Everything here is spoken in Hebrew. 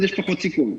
אז יש פחות סיכון.